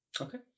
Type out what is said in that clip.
Okay